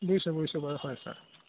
বুজিছোঁ বুজিছোঁ বাৰু হয় হয়